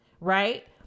Right